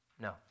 No